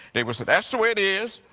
they would say, that's the way it is.